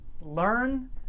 learn